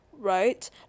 right